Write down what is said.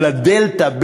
על הדלתא,